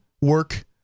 work